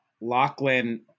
Lachlan